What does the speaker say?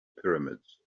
pyramids